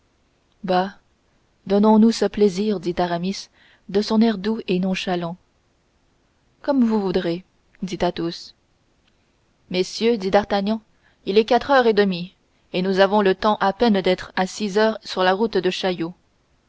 donnons nous ce plaisir dit aramis de son air doux et nonchalant comme vous voudrez dit athos messieurs dit d'artagnan il est quatre heures et demie et nous avons le temps à peine d'être à six heures sur la route de chaillot